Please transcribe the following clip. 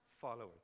followers